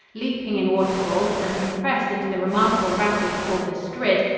leaping in waterfalls and compressed into the remarkable rapids called the strid,